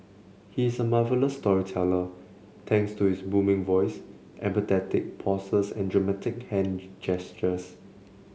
he is a marvellous storyteller thanks to his booming voice emphatic pauses and dramatic hand gestures